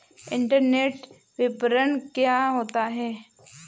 Internet विपणन क्या होता है?